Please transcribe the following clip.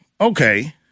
okay